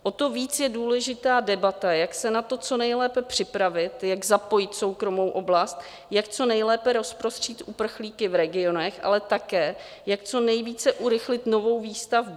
O to víc je důležitá debata, jak se na to co nejlépe připravit, jak zapojit soukromou oblast, jak co nejlépe rozprostřít uprchlíky v regionech, ale také jak co nejvíce urychlit novou výstavbu.